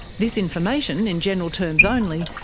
this information, in general terms only,